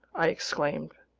i exclaimed.